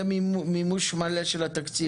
יהיה מימוש מלא של התקציב.